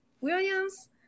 Williams